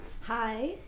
hi